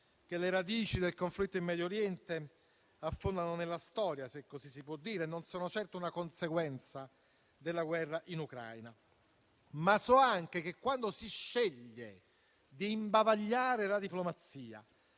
che le radici del conflitto in Medio Oriente affondano nella storia - se così si può dire - e che non sono certo una conseguenza della guerra in Ucraina. Ma so anche che, quando si sceglie di imbavagliare la diplomazia